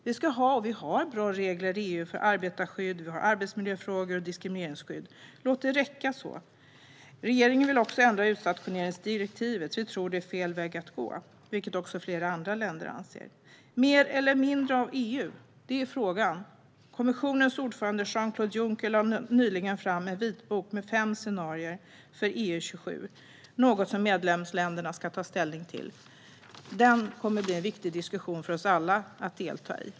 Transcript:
Vi ska ha, och vi har, bra regler i EU för arbetarskydd, arbetsmiljöfrågor och diskrimineringsskydd. Låt det räcka så. Regeringen vill också ändra utstationeringsdirektivet. Vi tror att det är fel väg att gå, vilket också flera andra länder anser. Mer eller mindre av EU? Det är frågan. Kommissionens ordförande Jean-Claude Juncker lade nyligen fram en vitbok med fem scenarier för EU-27, något som medlemsländerna ska ta ställning till. Det blir en viktig diskussion för oss alla att delta i.